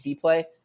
play